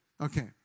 Okay